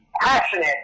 passionate